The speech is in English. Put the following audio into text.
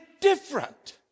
different